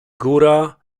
góra